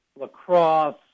lacrosse